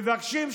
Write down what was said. מבקשים,